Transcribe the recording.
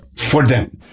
for them.